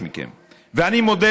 אני מבקש מכם,